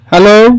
Hello